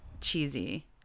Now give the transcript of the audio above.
cheesy